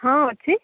ହଁ ଅଛି